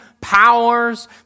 powers